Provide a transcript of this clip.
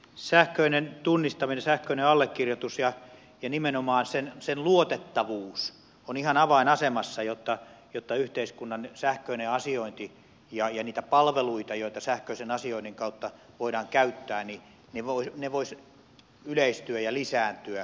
sähköinen tunnistaminen sähköinen allekirjoitus ja nimenomaan sen luotettavuus ovat ihan avainasemassa jotta yhteiskunnan sähköinen asiointi ja ne palvelut joita sähköisen asioinnin kautta voidaan käyttää voisivat yleistyä ja lisääntyä